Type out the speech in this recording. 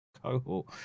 cohort